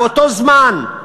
באותו זמן,